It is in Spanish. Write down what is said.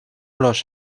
los